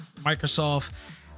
Microsoft